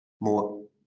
more